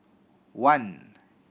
one